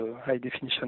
high-definition